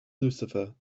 lucifer